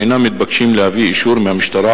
שאינם מתבקשים להביא אישור מהמשטרה